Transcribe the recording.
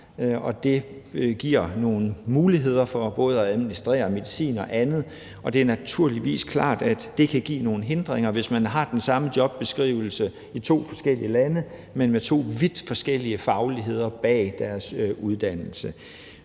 nogle muligheder for at administrere medicin og andet. Det er naturligvis klart, at det kan give nogle hindringer, hvis man har den samme jobbeskrivelse i to forskellige lande, men hvor der ligger to vidt forskellige fagligheder bag deres uddannelser.